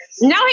No